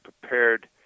prepared